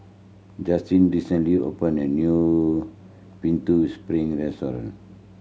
Justina recently opened a new Putu Piring restaurant